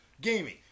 gaming